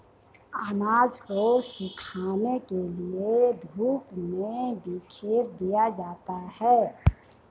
अनाज को सुखाने के लिए धूप में बिखेर दिया जाता है